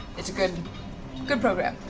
it's a good good program.